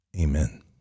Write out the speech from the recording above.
Amen